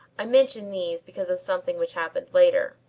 i mention these because of something which happened later.